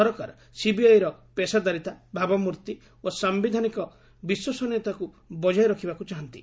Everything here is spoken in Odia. ସରକାର ସିବିଆଇର ପେସାଦାରିଦା ଭାବମୂର୍ତ୍ତି ଓ ସାୟିଧାନିକ ବିଶ୍ୱସନୀୟତାକୁ ବଜାୟ ରଖିବା ଚାହାନ୍ତି